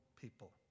people